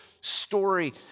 story